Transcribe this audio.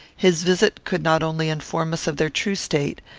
his visit could not only inform us of their true state,